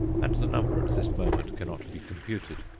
and the number at this moment cannot be computed.